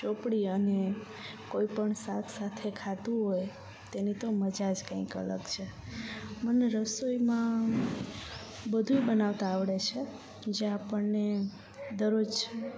ચોપડી અને કોઈ પણ શાક સાથે ખાધું હોય તેની તો મજા જ કંઈક અલગ છે મને રસોઈમાં બધુંય બનાવતા આવડે છે જે આપણને દરરોજ